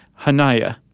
Hanaya